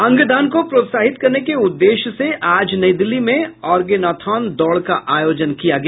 अंगदान को प्रोत्साहित करने के उद्देश्य से आज नई दिल्ली में आर्गेनॉथन दौड़ का आयोजन किया गया